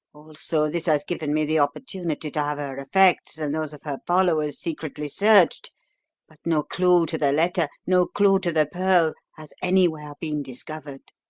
also, this has given me the opportunity to have her effects and those of her followers secretly searched but no clue to the letter, no clue to the pearl has anywhere been discovered.